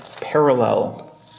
parallel